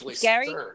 Gary